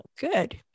good